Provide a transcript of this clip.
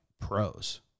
pros